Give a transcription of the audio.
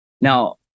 Now